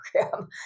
program